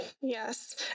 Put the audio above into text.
Yes